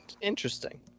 Interesting